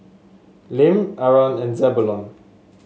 Lim Aron and Zebulon